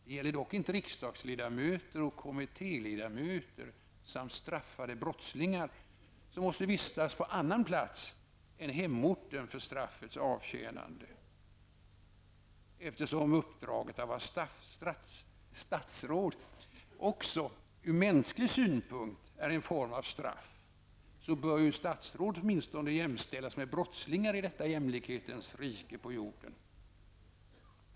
Det gäller dock inte riksdagsledamöter, kommittéledamöter samt straffade brottslingar, som måste vistas på annan plats än hemorten för straffets avtjänande. Eftersom uppdraget att vara statsråd också ur mänsklig synpunkt är en form av straff, bör statsråd åtminstone jämställas med brottslingar i detta jämlikhetens rike på jorden.